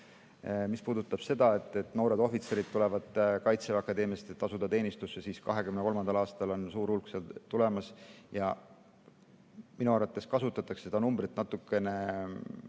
Mis puudutab seda, et noored ohvitserid tulevad Kaitseväe Akadeemiast, et asuda teenistusse, siis 2023. aastal on suur hulk sealt tulemas. Minu arvates kasutatakse seda numbrit mitte väga